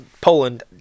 Poland